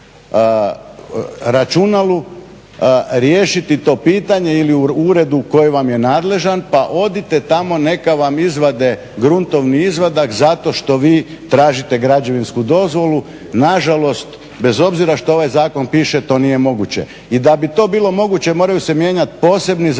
računalu riješiti to pitanje ili u uredu koji vam je nadležan, pa odite tamo neka vam izvade gruntovni izvadak zato što vi tražite građevinsku dozvolu. Na žalost, bez obzira što ovaj zakon piše to nije moguće. I da bi to bilo moguće moraju se mijenjati posebni zakoni,